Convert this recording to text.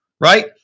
right